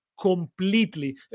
completely